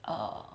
err